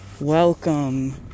Welcome